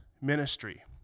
ministry